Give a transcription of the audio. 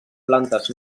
plantes